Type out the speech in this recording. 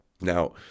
Now